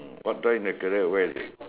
water in the carrier where is